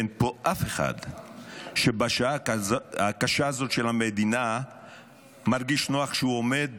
אין פה אף אחד שבשעה הקשה הזאת של המדינה מרגיש נוח שהוא עומד